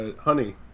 honey